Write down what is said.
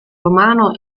romano